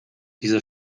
diese